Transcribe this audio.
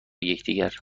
یکدیگر